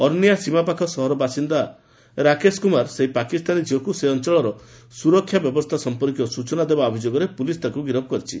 ଆର୍ଷିଆ ସୀମା ପାଖ ସହର ବାସିନ୍ଦା ରାକେଶ କୁମାର ସେହି ପାକିସ୍ତାନୀ ଝିଅଙ୍କୁ ସେ ଅଞ୍ଚଳର ସୁରକ୍ଷା ବନ୍ଦୋବସ୍ତ ସଂପର୍କୀୟ ସୂଚନା ଦେବା ଅଭିଯୋଗରେ ପୁଲିସ୍ ତାଙ୍କୁ ଗିରଫ୍ କରିଛି